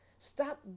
Stop